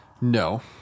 No